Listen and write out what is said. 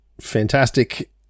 Fantastic